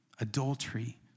adultery